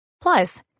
Plus